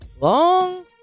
long